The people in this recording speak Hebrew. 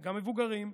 וגם מבוגרים,